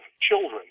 children